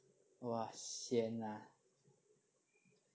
!wah! sian lah